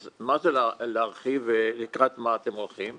אז מה זה להרחיב ולקראת מה אתם הולכים.